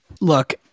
look